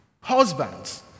Husbands